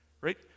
Right